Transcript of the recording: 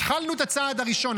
התחלנו את הצעד הראשון,